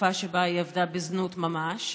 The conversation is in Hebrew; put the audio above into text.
בתקופה שהיא עבדה בזנות ממש,